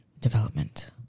development